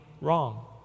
wrong